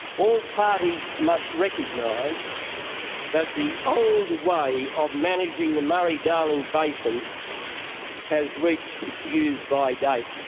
all parties must recognise that the old way of managing the murray-darling basin has reached its use-by date.